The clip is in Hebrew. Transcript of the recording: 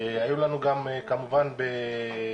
והיו לנו גם כמובן בדרום,